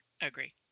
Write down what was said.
Agree